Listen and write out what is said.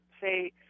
say